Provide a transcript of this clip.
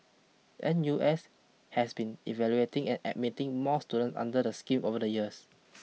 N U S has been evaluating and admitting more student under the scheme over the years